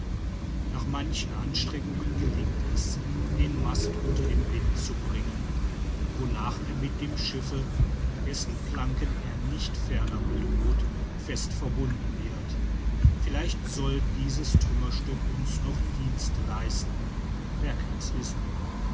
nach manchen anstrengungen gelingt es den mast unter den wind zu bringen wonach er mit dem schiffe dessen planken er nicht ferner bedroht fest verbunden wird vielleicht soll dieses trümmerstück uns noch dienste leisten wer kann es wissen